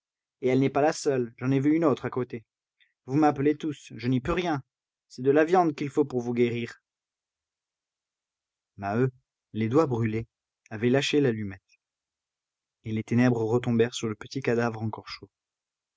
et elle n'est pas la seule j'en ai vu une autre à côté vous m'appelez tous je n'y peux rien c'est de la viande qu'il faut pour vous guérir maheu les doigts brûlés avait lâché l'allumette et les ténèbres retombèrent sur le petit cadavre encore chaud